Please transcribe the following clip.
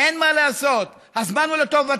אין מה לעשות, הזמן הוא לטובתנו.